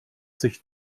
sich